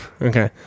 Okay